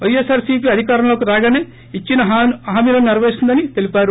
పైఎస్సార్సీప్ అధికారంలోకి రాగాసే ఇచ్చిన అన్ని హామీలను సెరపేరుస్తుందని తెలిపారు